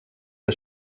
que